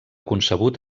concebut